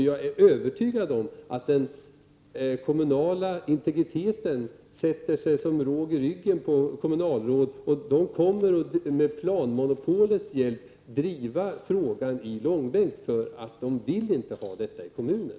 Jag är övertygad om att den kommunala integriteten sätter sig som råg i ryggen på kommunalråd. De kommer att med planmonopolets hjälp driva frågan i långbänk, därför att de inte vill ha någon inskränkning i vetorätten.